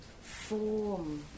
form